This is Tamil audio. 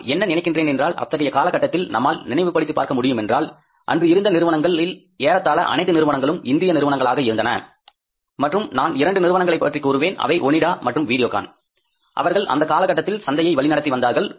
நான் என்ன நினைக்கிறேன் என்றால் அத்தகைய காலகட்டத்தில் நம்மால் நினைவுபடுத்திப் பார்க்க முடியுமென்றால் அன்று இருந்த நிறுவனங்களில் ஏறத்தாழ அனைத்து நிறுவனங்களும் இந்திய நிறுவனங்களாக இருந்தன மற்றும் நான் இரண்டு நிறுவனங்களைப் பற்றி கூறுவேன் அவை ஒனிடா மற்றும் வீடியோகான் அவர்கள் அந்த காலகட்டத்தில் சந்தையை வழி நடத்தி வந்தார்கள்